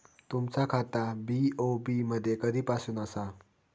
तुमचा खाता बी.ओ.बी मध्ये कधीपासून आसा?